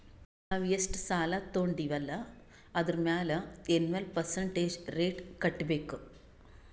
ನಾವ್ ಎಷ್ಟ ಸಾಲಾ ತೊಂಡಿವ್ ಅಲ್ಲಾ ಅದುರ್ ಮ್ಯಾಲ ಎನ್ವಲ್ ಪರ್ಸಂಟೇಜ್ ರೇಟ್ ಕಟ್ಟಬೇಕ್